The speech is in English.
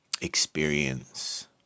experience